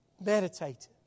meditate